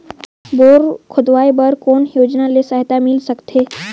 Bore खोदवाय बर कौन योजना ले सहायता मिल सकथे?